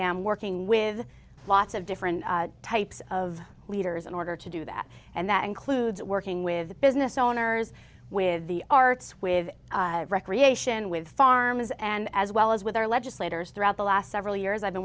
am working with lots of different types of leaders in order to do that and that includes working with business owners with the arts with recreation with farms and as well as with our legislators throughout the last several years i've been